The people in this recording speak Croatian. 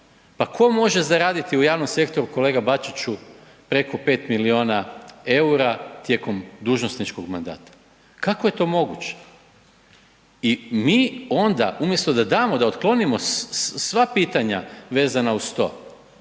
Pa tko može zaraditi u javnom sektoru, kolega Bačiću preko 5 milijuna eura tijekom dužnosničkog mandata? Kako je to moguće? I mi onda, umjesto da damo, da otklonimo sva pitanja vezana uz to,